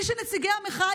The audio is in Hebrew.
מסוכן מאוד.